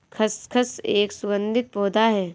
खसखस एक सुगंधित पौधा है